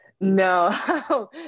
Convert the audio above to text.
No